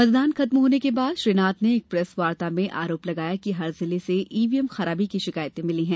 मतदान खत्म होने के बाद श्री नाथ ने एक प्रेसवार्ता में आरोप लगाया कि हर जिले से ईवीएम खराबी की शिकायतें मिली हैं